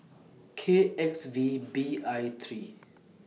K X V B I three